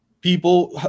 people